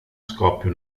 scoppia